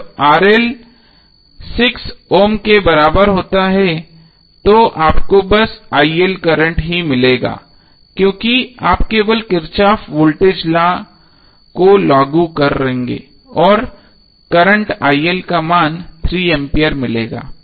जब 6 ओम के बराबर होता है तो आपको बस ही मिलेगा लेकिन आप केवल किरचॉफ वोल्टेज लॉ को लागू करेंगे और आपको करंट का मान 3A मिलेगा